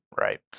Right